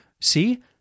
See